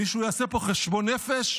מישהו יעשה פה חשבון נפש?